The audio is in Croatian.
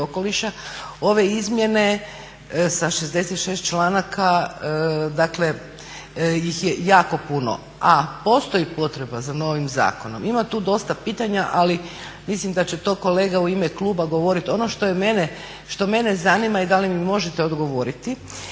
Ove izmjene sa 66 članka ih je jako puno, a postoji potreba za novim zakonom. Ima tu dosta pitanja, ali mislim da će to kolega u ime kluba govoriti. Ono što mene zanima i da li mi možete odgovoriti,